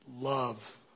love